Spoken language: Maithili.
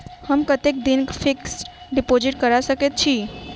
हम कतेक दिनक फिक्स्ड डिपोजिट करा सकैत छी?